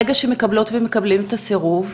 ברגע שהם מקבלות ומקבלים את הסירוב,